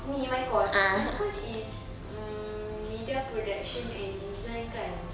me my course my course is mm media production and design kan